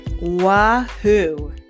Wahoo